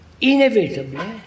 inevitably